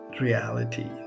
reality